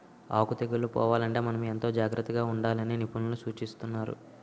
ఆకు తెగుళ్ళు పోవాలంటే మనం ఎంతో జాగ్రత్తగా ఉండాలని నిపుణులు సూచిస్తున్నారు